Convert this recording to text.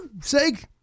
sake